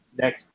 Next